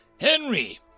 Henry